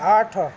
ଆଠ